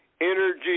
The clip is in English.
energy